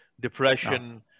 depression